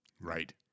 Right